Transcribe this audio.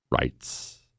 rights